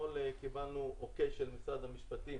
אתמול קיבלנו "אוקיי" של משרד המשפטים